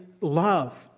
love